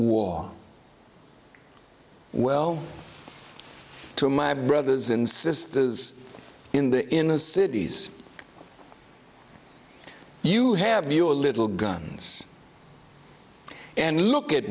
war well to my brothers and sisters in the in the cities you have your little guns and look at